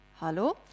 hallo